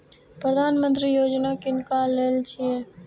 प्रधानमंत्री यौजना किनका लेल छिए?